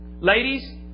ladies